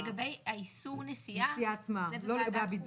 לגבי האיסור נסיעה, זה בוועדת חוקה.